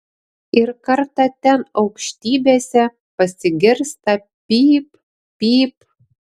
ir kartą ten aukštybėse pasigirsta pyp pyp